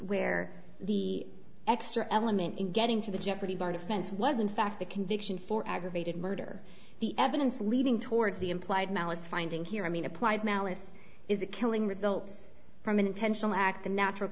where the extra element in getting to the jeopardy by defense was in fact a conviction for aggravated murder the evidence leading towards the implied malice finding here i mean applied malice is the killing result from an intentional act the natural